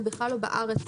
ובכלל לא בארץ,